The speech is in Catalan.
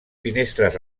finestres